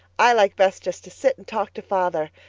i like best just to sit and talk to father.